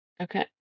Okay